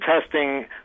testing